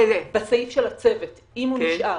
בסעיף של הצוות, אם הוא נשאר.